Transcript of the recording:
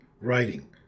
writing